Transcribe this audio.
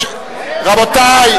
למה הם באוהל?